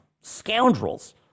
scoundrels